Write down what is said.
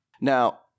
Now